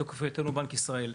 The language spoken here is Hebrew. מתוקף היותנו בנק ישראל.